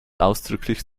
ausdrücklich